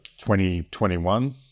2021